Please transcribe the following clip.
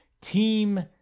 team